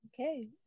okay